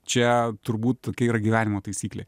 čia turbūt tokia yra gyvenimo taisyklė